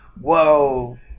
whoa